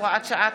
הוראת שעה),